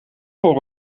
voor